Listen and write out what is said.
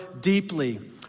deeply